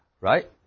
right